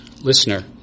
listener